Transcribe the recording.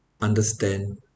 understand